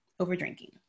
overdrinking